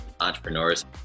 entrepreneurs